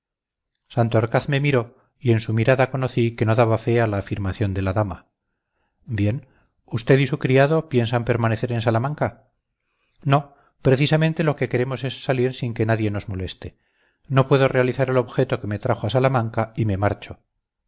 santorcaz me miró y en su mirada conocí que no daba fe a la afirmación de la dama bien usted y su criado piensan permanecer en salamanca no precisamente lo que queremos es salir sin que nadie nos moleste no puedo realizar el objeto que me trajo a salamanca y me marcho